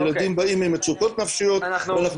הילדים באים עם מצוקות נפשיות ואנחנו